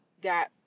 Got